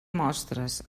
mostres